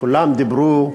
כולם דיברו,